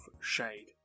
shade